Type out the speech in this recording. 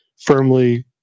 firmly